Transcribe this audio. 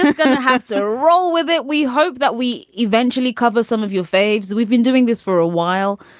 like um to have to roll with it we hope that we eventually cover some of your faves. we've been doing this for a while.